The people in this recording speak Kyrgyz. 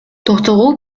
токтогул